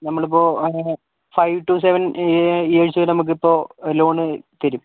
നമ്മളിപ്പോൾ five to seven age വരെ നമുക്കിപ്പോൾ ലോണ് തരും